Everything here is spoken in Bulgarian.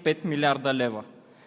Докато рушите основите на правовата държава, пътьом задължавате идното поколение с 5 млрд. лв.